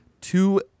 Two